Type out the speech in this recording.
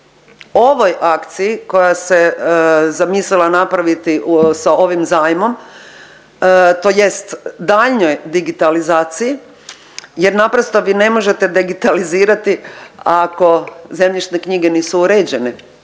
ovoj akciji koja se zamislila napraviti sa ovim zajmom tj. daljnjoj digitalizaciji jer naprosto vi ne možete digitalizirati ako zemljišne knjige nisu uređene.